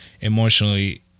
emotionally